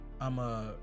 i'ma